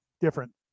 different